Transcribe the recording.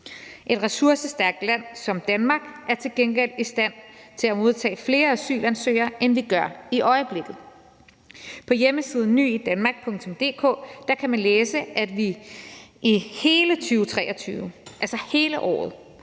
Et ressourcestærkt land som Danmark er til gengæld i stand til at modtage flere asylansøgere, end vi gør i øjeblikket. På hjemmesiden nyidanmark.dk kan man læse, at vi i hele 2023, altså hele året,